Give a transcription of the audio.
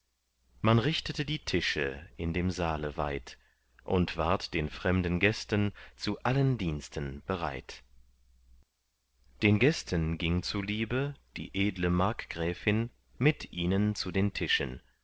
man richtete die tische in dem saale weit und ward den fremden gästen zu allen diensten bereit den gästen ging zuliebe die edle markgräfin mit ihnen zu den tischen